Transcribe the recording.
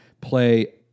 play